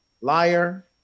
liar